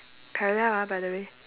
parallel ah by the way